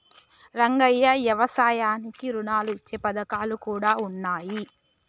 రంగయ్య యవసాయానికి రుణాలు ఇచ్చే పథకాలు కూడా ఉన్నాయి